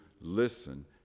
listen